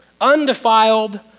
undefiled